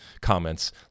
comments